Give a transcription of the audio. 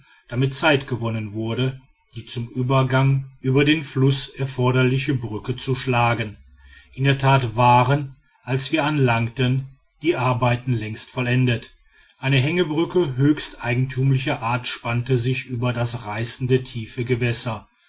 damit zeit gewonnen wurde die zum übergang über den fluß erforderliche brücke zu schlagen in der tat waren als wir anlangten die arbeiten längst vollendet eine hängebrücke höchst eigentümlicher art spannte sich über das reißende tiefe gewässer